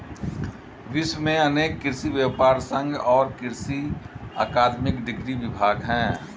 विश्व में अनेक कृषि व्यापर संघ और कृषि अकादमिक डिग्री विभाग है